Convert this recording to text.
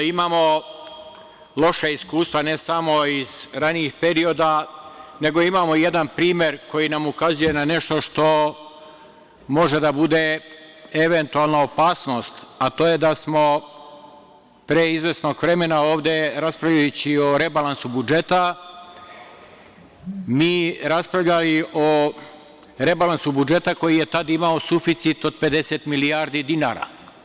Imamo loša iskustva ne samo iz ranijih perioda, nego imamo jedan primer koji nam ukazuje na nešto što može da bude eventualna opasnost, a to je da smo pre izvesnog vremena, ovde raspravljajući o rebalansu budžeta, mi raspravljali o rebalansu budžeta koji je tad imao suficit od 50 milijardi dinara.